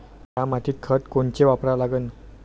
थ्या मातीत खतं कोनचे वापरा लागन?